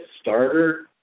starter